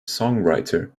songwriter